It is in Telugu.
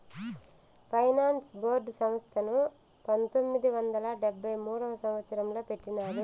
ఫైనాన్స్ బోర్డు సంస్థను పంతొమ్మిది వందల డెబ్భై మూడవ సంవచ్చరంలో పెట్టినారు